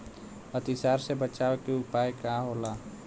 अतिसार से बचाव के उपाय का होला?